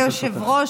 אדוני היושב-ראש,